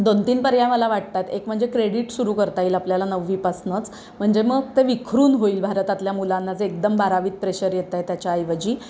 दोन तीन पर्याय मला वाटतात एक म्हणजे क्रेडिट सुरू करता येईल आपल्याला नववीपासूनच म्हणजे मग ते विखरून होईल भारतातल्या मुलांना जे एकदम बारावीत प्रेशर येतं आहे त्याच्याऐवजी